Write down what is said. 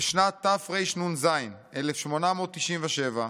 "בשנת תרנ"ז (1897)